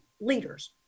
leaders